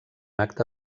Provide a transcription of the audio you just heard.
acte